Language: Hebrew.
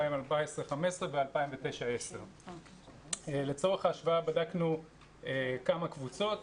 2014 2015 ו-2009 2010. לצורך ההשוואה בדקנו כמה קבוצות.